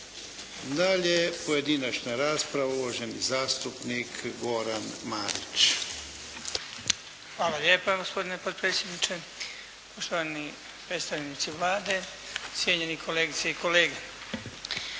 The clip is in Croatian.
Dalje pojedinačna rasprava. Uvaženi zastupnik Goran Marić. **Marić, Goran (HDZ)** Hvala lijepa gospodine potpredsjedniče. Poštovani predstavnici Vlade, cijenjeni kolegice i kolege